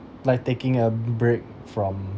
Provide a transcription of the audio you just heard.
like taking a break from